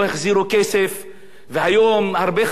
והיום הרבה חברות במדינת ישראל חייבות